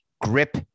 Grip